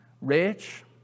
rich